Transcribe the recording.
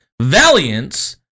valiance